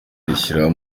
rishyiraho